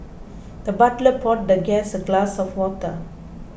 the butler poured the guest a glass of water